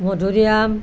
মধুৰিআম